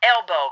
elbow